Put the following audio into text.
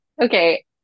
okay